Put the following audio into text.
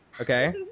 Okay